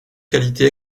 qualité